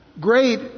Great